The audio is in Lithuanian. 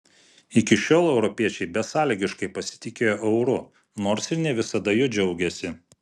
iki šiol europiečiai besąlygiškai pasitikėjo euru nors ir ne visada juo džiaugėsi